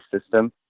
system